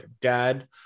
dad